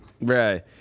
Right